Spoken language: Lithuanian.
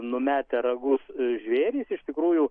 numetę ragus žvėrys iš tikrųjų